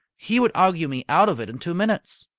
he would argue me out of it in two minutes.